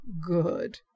good